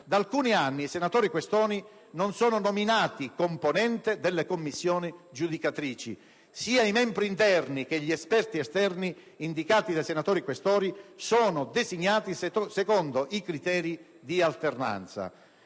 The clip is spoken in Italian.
Da alcuni anni i senatori Questori non sono nominati componenti delle Commissioni aggiudicatrici. Sia i membri interni che gli esperti esterni indicati dai senatori Questori sono designati secondo criteri di alternanza.